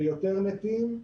ליותר מתים,